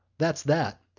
that's that.